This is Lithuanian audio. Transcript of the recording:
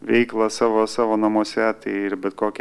veiklą savo savo namuose tai ir bet kokiu